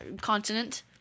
Continent